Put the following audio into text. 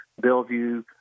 Bellevue